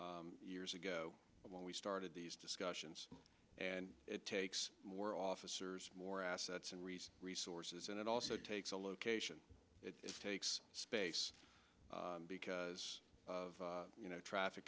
about years ago when we started these discussions and it takes more officers more assets and read resources and it also takes a location it takes space because of you know traffic